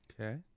Okay